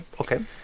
Okay